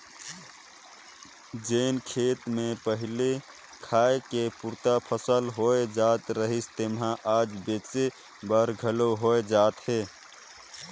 जेन खेत मे पहिली खाए के पुरता फसल होए जात रहिस तेम्हा आज बेंचे बर घलो होए जात हे